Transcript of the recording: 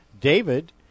David